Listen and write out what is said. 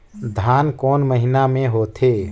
धान कोन महीना मे होथे?